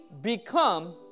become